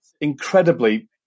incredibly